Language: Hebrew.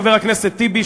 חבר הכנסת טיבי,